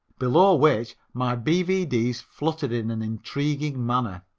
below which my b v d s fluttered in an intriguing manner.